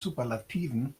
superlativen